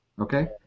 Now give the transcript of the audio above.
Okay